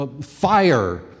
fire